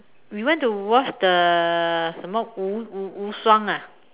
we went to watch the 什么无无无双 ah